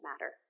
matter